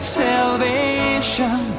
salvation